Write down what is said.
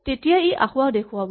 তেতিয়া ই আসোঁৱাহ দেখুৱাব